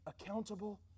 accountable